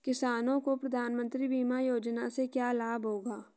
किसानों को प्रधानमंत्री बीमा योजना से क्या लाभ होगा?